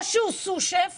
או שהוא סו שף